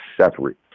separate